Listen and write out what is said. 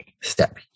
step